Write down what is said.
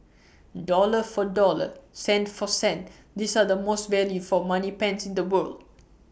dollar for dollar cent for cent these are the most value for money pens in the world